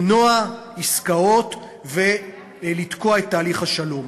למנוע עסקאות ולתקוע את תהליך השלום.